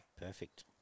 Perfect